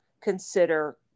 consider